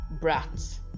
brat